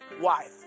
wife